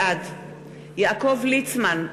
בעד יעקב ליצמן,